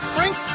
Frank